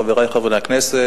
חברי חברי הכנסת,